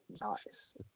Nice